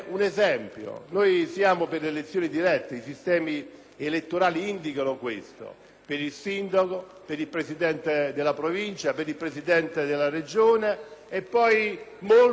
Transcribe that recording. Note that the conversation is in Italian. elettorali indicano questo) del sindaco, del Presidente della Provincia e del Presidente della Regione, ma poi molti sono contrari alle elezioni dirette del *Premier* e del Presidente della Repubblica.